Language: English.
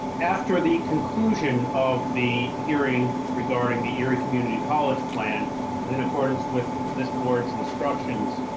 after the conclusion of the hearing regarding the erie community college plan and in accordance with this boards instructions.